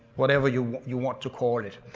whatever you you want to call it.